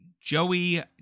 Joey